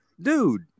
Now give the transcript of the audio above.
dude